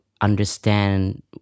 understand